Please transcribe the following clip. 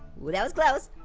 ooh, that was close.